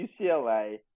UCLA